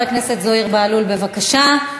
חבר הכנסת זוהיר בהלול, בבקשה.